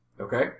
Okay